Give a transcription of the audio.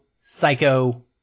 Psycho